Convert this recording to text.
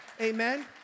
Amen